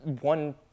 One